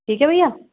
ठीक है भईया